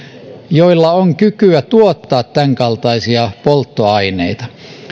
joilla on kykyä tuottaa tämänkaltaisia polttoaineita